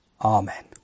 Amen